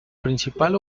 principal